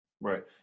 Right